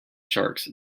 sharks